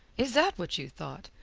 is that what you thought?